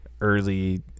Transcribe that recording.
early